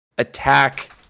attack